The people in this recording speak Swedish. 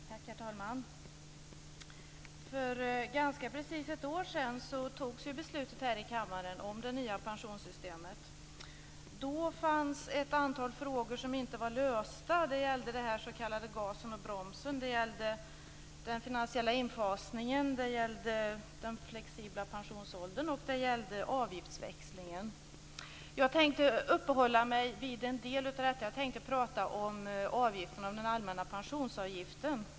Herr talman! För ganska precis ett år sedan fattade man beslut här i kammaren om det nya pensionssystemet. Då fanns det ett antal frågor som inte var lösta. Det gällde den s.k. gasen och bromsen. Det gällde den finansiella infasningen, den flexibla pensionsåldern och avgiftsväxlingen. Jag tänkte uppehålla mig vid en del av detta och prata om den allmänna pensionsavgiften.